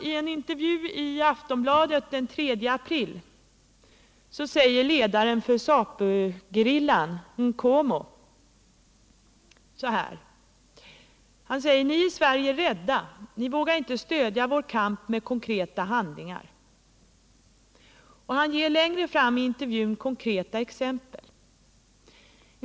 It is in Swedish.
I en intervju i Aftonbladet den 3 april säger ledaren för Zapugerillan, Nkomo: Ni i Sverige är rädda — ni vågar inte stödja vår kamp med konkreta handlingar. Han ger längre fram i intervjun konkreta exempel.